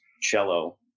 cello